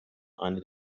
eine